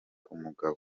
umugabo